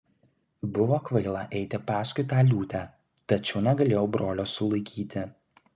buvo kvaila eiti paskui tą liūtę tačiau negalėjau brolio sulaikyti